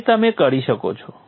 જે તમે કરી શકો છો